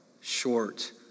short